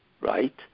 right